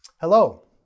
Hello